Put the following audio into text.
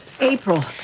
April